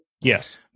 yes